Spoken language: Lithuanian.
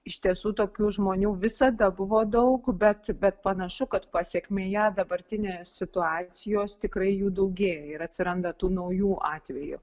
iš tiesų tokių žmonių visada buvo daug bet bet panašu kad pasekmėje dabartinės situacijos tikrai jų daugėja ir atsiranda tų naujų atvejų